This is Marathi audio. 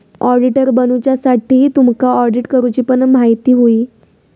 ऑडिटर बनुच्यासाठी तुमका ऑडिट करूची पण म्हायती होई